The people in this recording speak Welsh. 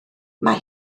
mae